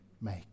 make